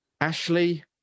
Ashley